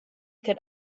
could